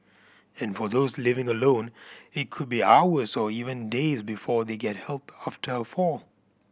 and for those living alone it could be hours or even days before they get help after a fall